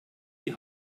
die